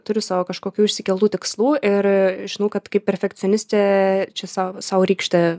turi savo kažkokių išsikeltų tikslų ir žinau kad kaip perfekcionistė čia sau sau rykštę